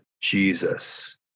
Jesus